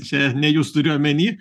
čia ne jus turiu omeny